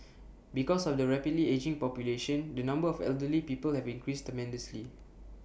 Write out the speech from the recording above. because of the rapidly ageing population the number of elderly people have increased tremendously